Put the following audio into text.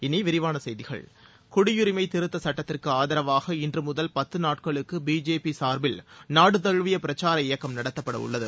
இனி விரிவான செய்திகள் குடியுரிமை திருத்தச் சட்டத்திற்கு ஆதரவாக இன்று முதல் பத்து நாட்களுக்கு பிஜேபி சார்பில் நாடு தழுவிய பிரச்சார இயக்கம் நடத்தப்படவுள்ளது